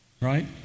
right